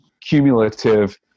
cumulative